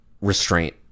restraint